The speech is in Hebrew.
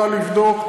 קל לבדוק,